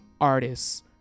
artists